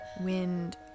wind